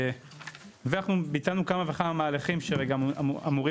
ואנחנו ביצענו כמה וכמה מהלכים שאמורים